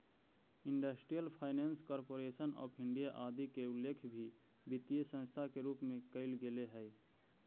industrial finance corporation of India आदि के उल्लेख भी वित्तीय संस्था के रूप में कैल गेले हइ